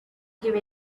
give